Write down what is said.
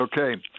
Okay